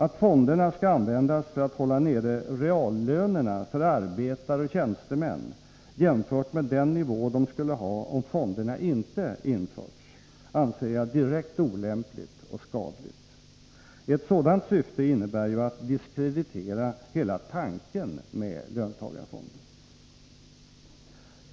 Att fonderna skall användas för att hålla nere reallönerna för arbetare och tjänstemän jämfört med den nivå de skulle ha om fonderna inte införts anser jag direkt olämpligt och skadligt. Ett sådant syfte innebär ju att diskreditera hela tanken med löntagarfonder.